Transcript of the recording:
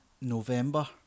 November